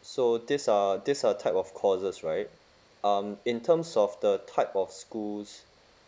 so this are this are type of courses right um in terms of the type of schools